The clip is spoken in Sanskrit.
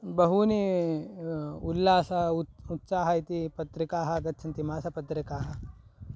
बहूनि उल्लासः उत् उत्साहः इति पत्रिकाः आगच्छन्ति मासपत्रिकाः